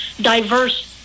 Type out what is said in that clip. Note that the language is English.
diverse